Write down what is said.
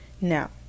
now